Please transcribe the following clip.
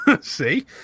See